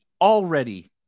already